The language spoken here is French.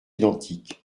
identiques